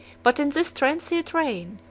but in this transient reign,